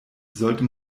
sollte